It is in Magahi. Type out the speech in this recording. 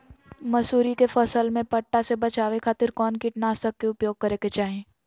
मसूरी के फसल में पट्टा से बचावे खातिर कौन कीटनाशक के उपयोग करे के चाही?